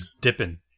dipping